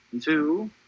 Two